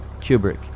Kubrick